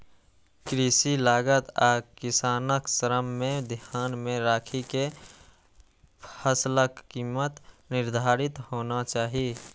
कृषि लागत आ किसानक श्रम कें ध्यान मे राखि के फसलक कीमत निर्धारित होना चाही